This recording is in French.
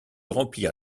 remplir